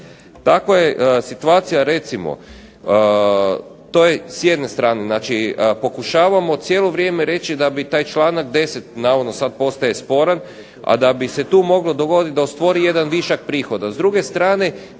Tako je situacija recimo, to je s jedne strane, znači pokušavamo cijelo vrijem reći da bi taj članak 10. navodno sad postaje sporan, a da bi se tu moglo dogodit da ospori jedan višak prihoda.